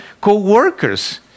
co-workers